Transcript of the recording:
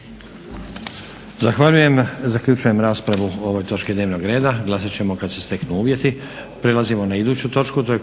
Zahvaljujem. Zaključujem raspravu o ovoj točki dnevnog reda. Glasat ćemo kad se steknu uvjeti.